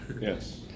Yes